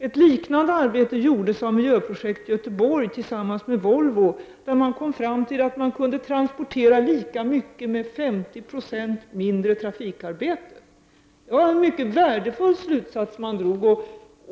Ett liknande arbete gjordes av Miljöprojekt Göteborg tillsammans med Volvo, där man kom fram till att man kunde transportera lika mycket med 50 90 mindre trafikarbete. Det var en ytterst värdefull slutsats som drogs.